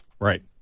Right